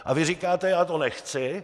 A vy říkáte: Já to nechci.